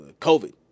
COVID